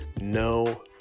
no